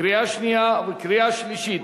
קריאה שנייה וקריאה שלישית.